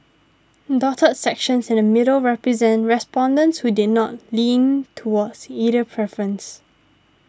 dotted sections in the middle represent respondents who did not lean towards either preference